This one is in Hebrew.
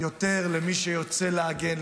יותר למי שיוצא להגן,